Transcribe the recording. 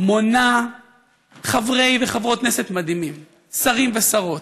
מונה חברי וחברות כנסת מדהימים, שרים ושרות,